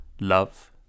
love